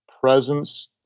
presence